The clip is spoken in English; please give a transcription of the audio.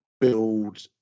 build